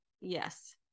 Yes